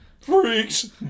Freaks